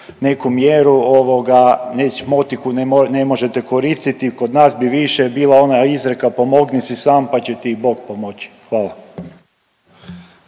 neku mjeru, motiku ne možete koristiti. Kod nas bi više bila ona izreka pomogni si sam pa će ti i bog pomoći. Hvala.